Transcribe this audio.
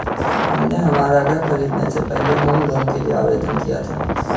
हमने हमारा घर खरीदने से पहले होम लोन के लिए आवेदन किया था